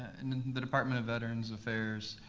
in the department of veterans affairs,